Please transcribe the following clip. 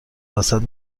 وسط